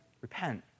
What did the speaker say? repent